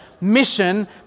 Mission